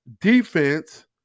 defense